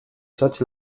such